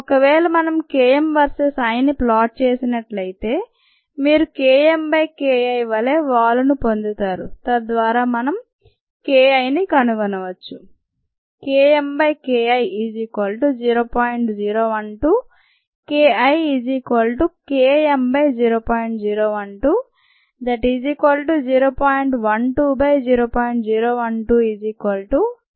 ఒకవేళ మనం Km versus Iని ప్లాన్ చేసినట్లయితే మీరు KmKI వలే వాలును పొందుతారు తద్వారా మనం KIని కనుగొనవచ్చు